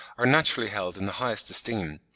are naturally held in the highest esteem.